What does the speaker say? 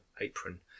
apron